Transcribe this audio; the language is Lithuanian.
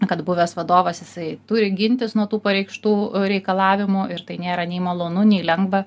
kad buvęs vadovas jisai turi gintis nuo tų pareikštų reikalavimų ir tai nėra nei malonu nei lengva